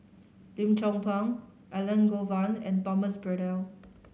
Lim Chong Pang Elangovan and Thomas Braddell